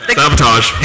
Sabotage